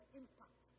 impact